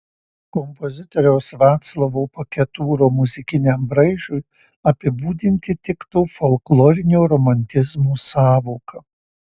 kompozitoriaus vaclovo paketūro muzikiniam braižui apibūdinti tiktų folklorinio romantizmo sąvoka